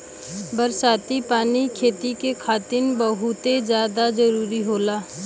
बरसाती पानी खेती के खातिर बहुते जादा जरूरी होला